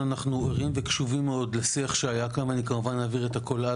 אמרת שתעלה את זה כלפי